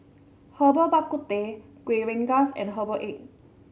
Herbal Bak Ku Teh Kuih Rengas and Herbal Egg